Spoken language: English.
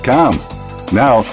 Now